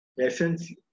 essence